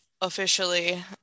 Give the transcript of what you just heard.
officially